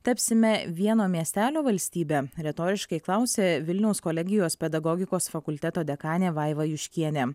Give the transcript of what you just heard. tapsime vieno miestelio valstybe retoriškai klausė vilniaus kolegijos pedagogikos fakulteto dekanė vaiva juškienė